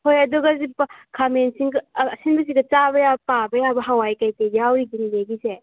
ꯍꯣꯏ ꯑꯗꯨꯒ ꯈꯥꯃꯦꯟ ꯑꯁꯤꯟꯒ ꯑꯁꯤꯟꯕꯁꯤꯗ ꯆꯥꯕ ꯌꯥꯕ ꯄꯥꯕ ꯌꯥꯕ ꯀꯩ ꯀꯩ ꯌꯥꯎꯔꯤꯒꯦ ꯅꯦꯅꯦꯒꯤꯁꯦ